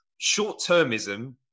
Short-termism